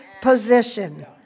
position